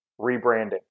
rebranding